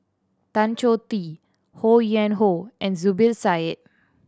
Tan Choh Tee Ho Yuen Hoe and Zubir Said